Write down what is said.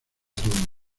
todo